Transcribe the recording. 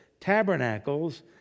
Tabernacles